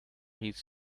his